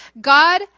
God